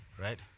right